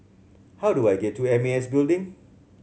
how do I get to M A S Building